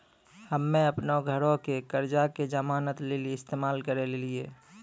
हम्मे अपनो घरो के कर्जा के जमानत लेली इस्तेमाल करि लेलियै